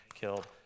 killed